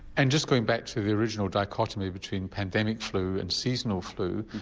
and just going back to the original dichotomy between pandemic flu and seasonal flu,